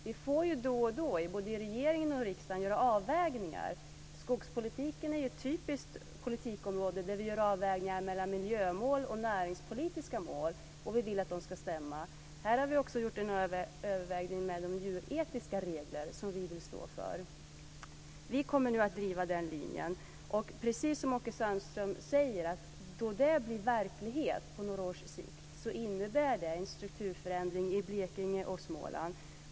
Vi får då och då, både i regeringen och i riksdagen, göra avvägningar. Skogspolitiken är ett typiskt politikområde där vi gör avvägningar mellan miljömål och näringspolitiska mål och vill att de ska stämma. Här har vi också gjort en avvägning med de djuretiska regler som vi vill stå för. Vi kommer nu att driva den linjen. Precis som Åke Sandström säger innebär det, då detta blir verklighet på några års sikt, en strukturförändring i Blekinge och Småland.